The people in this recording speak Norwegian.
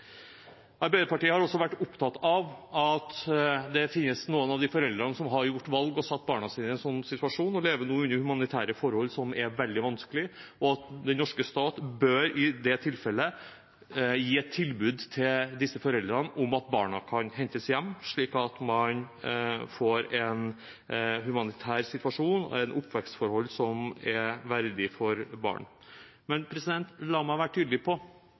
Arbeiderpartiet har også vært opptatt av at det finnes noen foreldre som har gjort valg og satt barna sine i en slik situasjon, og som nå lever under humanitære forhold som er veldig vanskelige. Den norske stat bør i det tilfellet gi et tilbud til disse foreldrene om at barna kan hentes hjem, slik at de kan få en humanitær situasjon og oppvekstforhold som er barn verdig. Men la meg være tydelig på